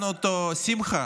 שמחה,